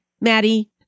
Maddie